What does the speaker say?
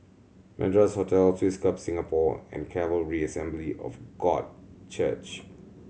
Madras Hotel Swiss Club Singapore and Calvary Assembly of God Church